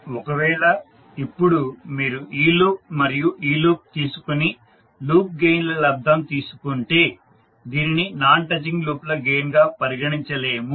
ఒకవేళ ఇప్పుడు మీరు ఈ లూప్ మరియు ఈ లూప్ తీసుకుని లూప్ గెయిన్ ల లబ్దం తీసుకుంటే దీనిని నాన్ టచింగ్ లూప్ల గెయిన్ గా పరిగణించలేము